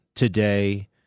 today